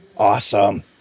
Awesome